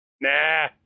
Nah